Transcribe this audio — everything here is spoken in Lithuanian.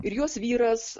ir jos vyras